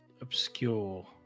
Obscure